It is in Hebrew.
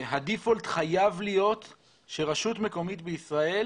הדיפולט חייב להיות שרשות מקומית בישראל